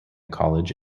college